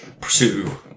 pursue